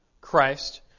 Christ